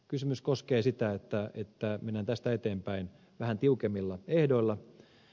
kysymys koskee sitä että mennään tästä eteenpäin vähän tiukemmilla ehdoilla